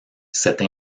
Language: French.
cette